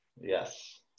Yes